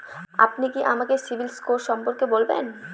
আপনি কি আমাকে সিবিল স্কোর সম্পর্কে বলবেন?